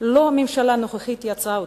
לא הממשלה הנוכחית, יצרה.